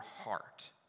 heart